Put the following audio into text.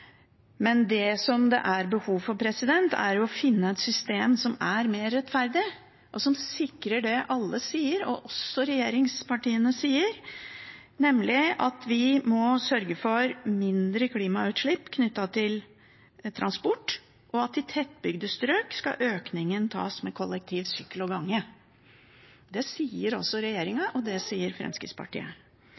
Men det som det er behov for, er å finne et system som er mer rettferdig, og som sikrer det alle sier – også regjeringspartiene – nemlig at vi må sørge for mindre klimautslipp knyttet til transport, og at i tettbygde strøk skal økningen tas med kollektiv, sykkel og gange. Det sier også regjeringen, og det sier Fremskrittspartiet.